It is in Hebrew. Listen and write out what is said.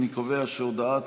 אני קובע שהודעת